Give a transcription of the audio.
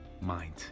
mind